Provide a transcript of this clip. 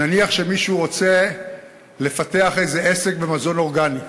נניח שמישהו רוצה לפתח איזה עסק של מזון אורגני,